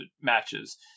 matches